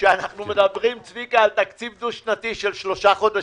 שאנחנו מדברים על תקציב חד-שנתי של שלושה חודשים.